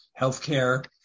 healthcare